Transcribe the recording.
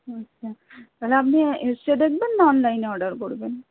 ও আচ্ছা তাহলে আপনি এসে দেখবেন না অনলাইনে অর্ডার করবেন